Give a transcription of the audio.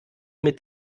mit